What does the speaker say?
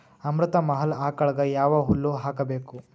ಅಮೃತ ಮಹಲ್ ಆಕಳಗ ಯಾವ ಹುಲ್ಲು ಹಾಕಬೇಕು?